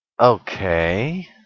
Okay